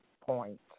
point